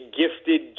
gifted